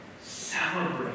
celebrate